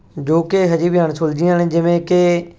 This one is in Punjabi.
ਜੋ ਕਿ ਅਜੇ ਵੀ ਅਣਸੁਲਝੀਆਂ ਨੇ ਜਿਵੇਂ ਕਿ